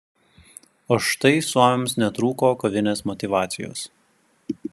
o štai suomiams netrūko kovinės motyvacijos